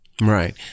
Right